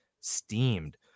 steamed